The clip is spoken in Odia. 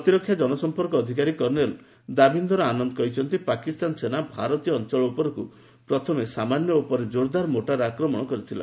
ପ୍ରତିରକ୍ଷା ଜନସମ୍ପର୍କ ଅଧିକାରୀ କର୍ଷେଲ୍ ଦାଭିନ୍ଦର ଆନନ୍ଦ କହିଛନ୍ତି ପାକିସ୍ତାନ ସେନା ପକ୍ଷରୁ ଭାରତୀୟ ଅଞ୍ଚଳ ଉପରକୁ ପ୍ରଥମେ ସାମାନ୍ୟ ଓ ପରେ ଜୋର୍ଦାର୍ ମୋର୍ଚାର୍ ଆକ୍ରମଣ କରିଥିଲେ